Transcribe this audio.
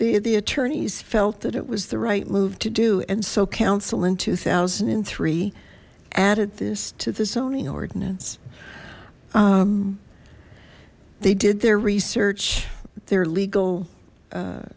the the attorneys felt that it was the right move to do and so council in two thousand and three added this to the zoning ordinance they did their research they're legal